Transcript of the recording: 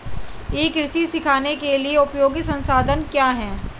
ई कृषि सीखने के लिए उपयोगी संसाधन क्या हैं?